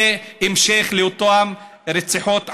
זה המשך לאותן רציחות עם.